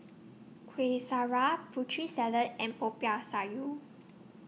Kuih Syara Putri Salad and Popiah Sayur